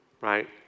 right